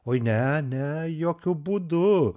oi ne ne jokiu būdu